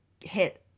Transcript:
hit